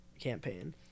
campaign